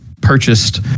purchased